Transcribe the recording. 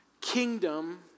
kingdom